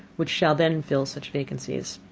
which shall then fill such vacancies.